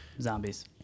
Zombies